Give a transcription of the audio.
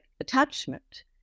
attachment